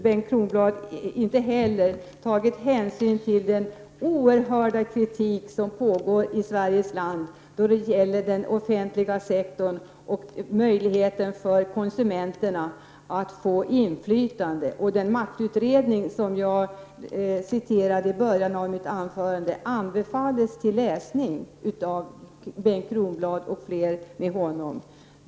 Bengt Kronblad har inte tagit hänsyn till den oerhörda kritik som finns i Sveriges land och som gäller den offentliga sektorn och konsumenternas möjlighet att få inflytande. Den maktutredning som jag citerade i början av mitt anförande anbefalles till läsning, Bengt Kronblad m.fl.